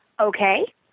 Okay